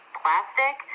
plastic